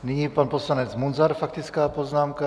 Nyní pan poslanec Munzar, faktická poznámka.